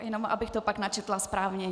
Jenom abych to pak načetla správně.